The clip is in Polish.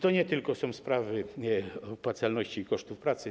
To nie tylko kwestia opłacalności i kosztów pracy.